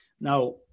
Now